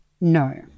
No